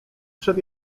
przed